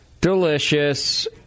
Delicious